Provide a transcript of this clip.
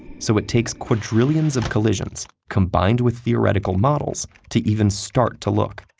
so it takes quadrillions of collisions combined with theoretical models to even start to look.